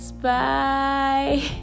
Bye